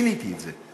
גיניתי את זה.